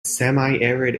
semiarid